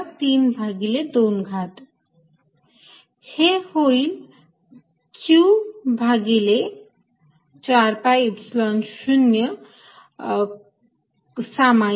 Exxyz∂x∂x14π0qx xx x2y y2z z232 हे होईल q भागिले 4 pi Epsilon 0 सामायिक